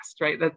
right